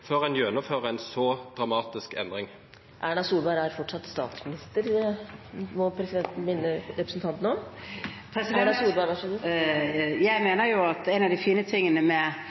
før en gjennomfører en så dramatisk endring? Erna Solberg er fortsatt statsminister, må presidenten minne representanten om. Jeg mener at en av de fine tingene med